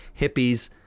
hippies